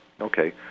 Okay